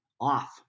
off